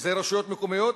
שזה רשויות מקומיות,